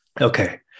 Okay